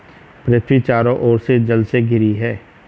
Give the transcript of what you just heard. पृथ्वी चारों ओर से जल से घिरी है